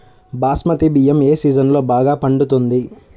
బాస్మతి బియ్యం ఏ సీజన్లో బాగా పండుతుంది?